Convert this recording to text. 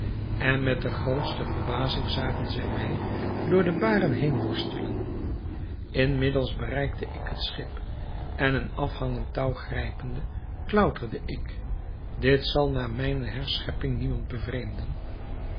en met de grootste verbazing zagen zij mij door de baren heen worstelen inmiddels bereikte ik het schip en een afhangend touw grijpende klauterde ik dit zal na mijne